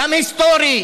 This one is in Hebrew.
גם היסטורי.